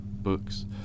books